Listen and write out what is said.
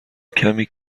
کمی